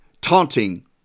taunting